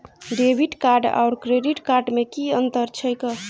Debit card आओर credit card मे की अन्तर छैक?